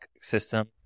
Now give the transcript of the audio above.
system